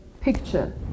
picture